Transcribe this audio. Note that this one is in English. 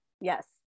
Yes